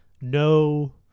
no